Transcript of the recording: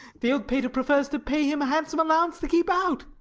the old pater prefers to pay him a handsome allow ance to keep out.